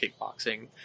kickboxing